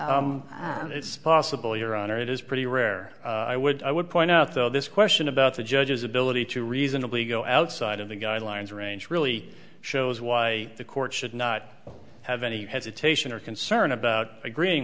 so it's possible your honor it is pretty rare i would i would point out though this question about the judge's ability to reasonably go outside of the guidelines range really shows why the court should not have any hesitation or concern about agreeing